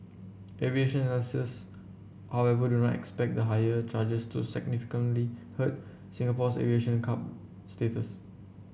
aviation analysts however do not expect the higher charges to significantly hurt Singapore's aviation cub status